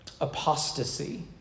apostasy